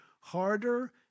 harder